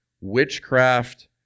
witchcraft